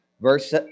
verse